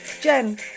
Jen